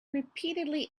repeatedly